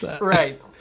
Right